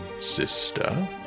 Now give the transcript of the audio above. sister